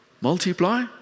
multiply